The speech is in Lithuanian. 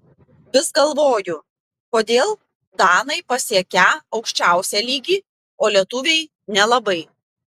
vis galvoju kodėl danai pasiekią aukščiausią lygį o lietuviai nelabai